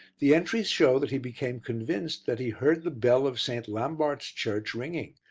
the entries show that he became convinced that he heard the bell of st. lambart's church ringing,